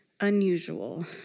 unusual